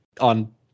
on